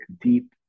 deep